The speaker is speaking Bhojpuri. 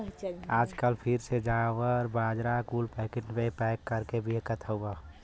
आजकल फिर से जवार, बाजरा कुल पैकिट मे पैक कर के बिकत हउए